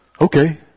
okay